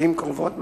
לעתים קרובות,